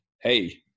hey